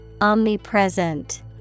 omnipresent